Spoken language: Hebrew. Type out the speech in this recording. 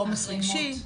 בעומס רגשי.